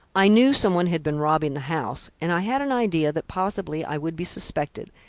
i knew somebody had been robbing the house and i had an idea that possibly i would be suspected,